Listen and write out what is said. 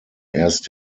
erst